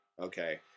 Okay